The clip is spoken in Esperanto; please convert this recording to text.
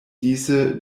dise